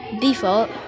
default